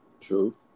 True